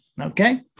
Okay